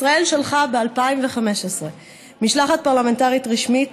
ישראל שלחה ב-2015 משלחת פרלמנטרית רשמית